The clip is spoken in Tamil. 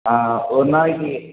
ஆ ஒரு நாளைக்கு